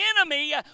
enemy